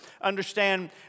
understand